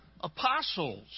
apostles